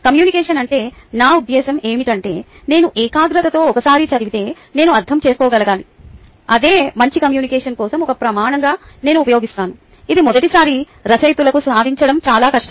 communication అంటే నా ఉద్దేశ్యం ఏమిటంటే నేను ఏకాగ్రతతో ఒకసారి చదివితే నేను అర్థం చేసుకోగలగాలి అదే మంచి కమ్యూనికేషన్ కోసం ఒక ప్రమాణంగా నేను ఉపయోగిస్తాను ఇది మొదటిసారి రచయితలకు సాధించడం చాలా కష్టం